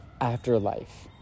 afterlife